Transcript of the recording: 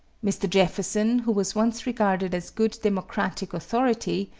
mr. jefferson, who was once regarded as good democratic authority,